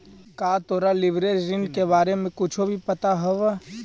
का तोरा लिवरेज ऋण के बारे में कुछो भी पता हवऽ?